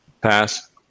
Pass